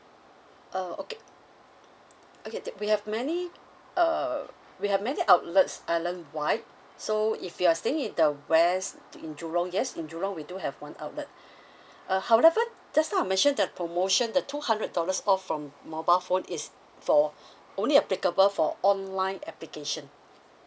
uh okay okay we have many err we have many outlets islandwide so if you're staying in the west in jurong yes in jurong we do have one outlet uh however just now I mentioned the promotion the two hundred dollars off from mobile phone is for only applicable for online application